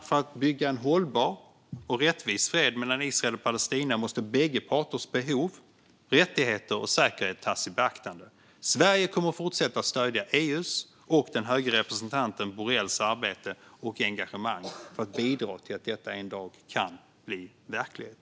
För att bygga en hållbar och rättvis fred mellan Israel och Palestina måste båda parters behov, rättigheter och säkerhet tas i beaktande. Sverige kommer att fortsätta stödja EU:s och den höga representanten Borrells arbete och engagemang för att bidra till att detta en dag kan bli verklighet.